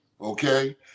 Okay